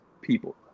people